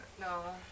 no